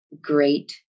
great